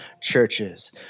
churches